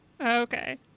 Okay